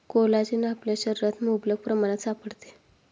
collagen आपल्या शरीरात मुबलक प्रमाणात सापडते